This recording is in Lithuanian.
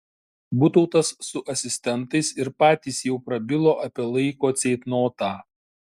butautas su asistentais ir patys jau prabilo apie laiko ceitnotą